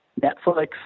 Netflix